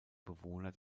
bewohner